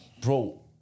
bro